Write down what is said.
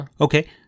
Okay